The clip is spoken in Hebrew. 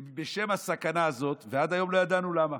ובשם הסכנה הזאת, ועד היום לא ידענו למה,